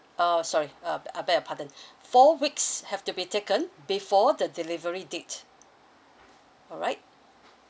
uh sorry uh uh bear a pardon four weeks have to be taken before the delivery date alright